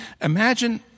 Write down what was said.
Imagine